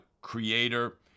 creator